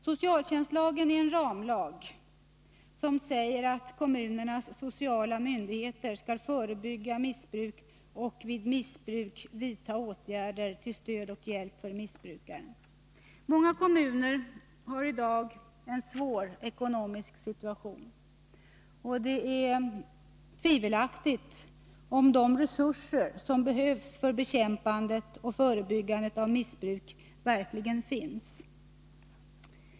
Socialtjänstlagen är en ramlag som säger att kommunernas sociala myndigheter skall förebygga missbruk och att vid missbruk vidta åtgärder till stöd och hjälp för missbrukaren. Många kommuner har i dag en svår ekonomisk situation, och det är tvivelaktigt om de resurser som behövs för bekämpandet och förebyggandet av missbruk verkligen finns.